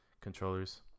controllers